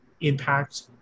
impact